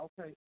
Okay